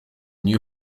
new